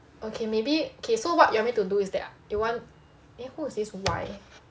okay maybe okay so what you want me to do is that they want eh who is this Y